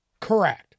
Correct